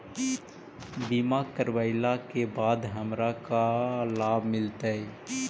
बीमा करवला के बाद हमरा का लाभ मिलतै?